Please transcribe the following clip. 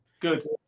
Good